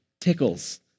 Tickles